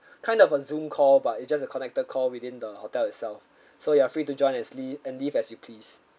kind of a zoom call but it's just the connector call within the hotel itself so you are free to join as lea~ and leave as you please